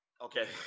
Okay